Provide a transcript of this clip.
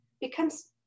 becomes